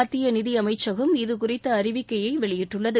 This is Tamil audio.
மத்திய நிதியமைச்சகம் இதுகுறித்த அறிவிக்கையை வெளியிட்டள்ளது